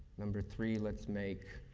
number three let's make